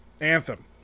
Anthem